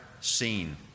seen